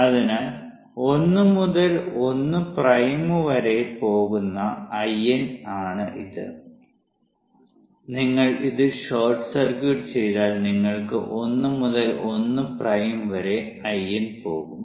അതിനാൽ 1 മുതൽ 1 പ്രൈമിലേക്ക് വരെ പോകുന്ന IN ആണ് നിങ്ങൾ ഇത് ഷോർട്ട് സർക്യൂട്ട് ചെയ്താൽ നിങ്ങൾക്ക് 1 മുതൽ 1 പ്രൈം വരെ IN പോകും